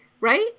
right